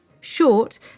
Short